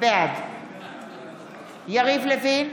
בעד יריב לוין,